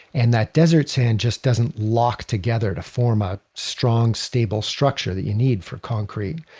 and that desert sand just doesn't lock together to form a strong stable structure that you need for concrete.